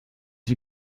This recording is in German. wie